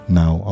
now